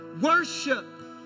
Worship